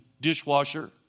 dishwasher